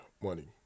money